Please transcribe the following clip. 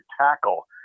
tackle